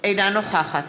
אינה נוכחת